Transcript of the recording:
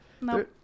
no